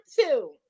two